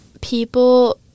people